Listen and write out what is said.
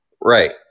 Right